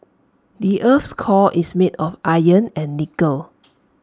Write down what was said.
the Earth's core is made of iron and nickel